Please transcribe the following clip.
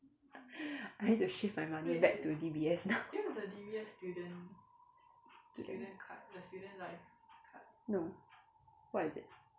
I need to shift my money back to D_B_S now no what is it